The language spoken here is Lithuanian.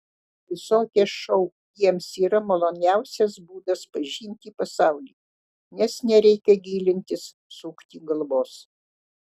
visokie šou jiems yra maloniausias būdas pažinti pasaulį nes nereikia gilintis sukti galvos